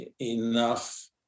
enough